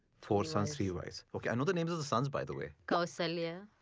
four sons, three wives. ok. i know the names of the sons by the way. kausalya.